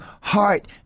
heart